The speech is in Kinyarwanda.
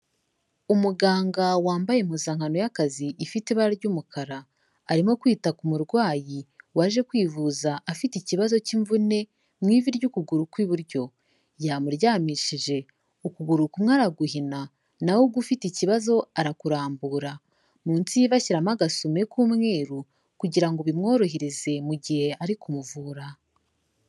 Umuganga wambaye impuzankano y'akazi ifite ibara ry'umukara, arimo kwita ku murwayi waje kwivuza afite ikibazo cy'imvune, mu ivi ry'ukuguru kw'iburyo. Yamuryamishije, ukuguru kumwe araguhina, naho ugufite ikibazo arakurambura. Munsi y'ivi ashyiramo agasume k'umweru, kugira ngo bimworohereze mu gihe ari kumuvura.